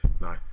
No